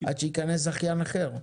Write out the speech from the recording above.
עד שיכנס זכיין אחר,